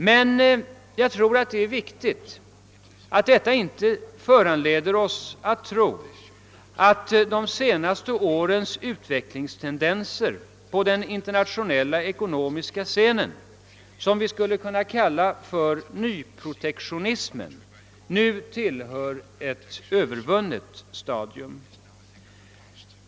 Men jag tror det är viktigt att detta inte föranleder oss att tro att de senaste årens utvecklingstendenser på den internationella ekonomiska scenen, som vi skulle kunna kalla nyprotektionismen, nu tillhör ett övervunnet stadium.